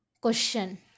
Question